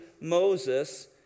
Moses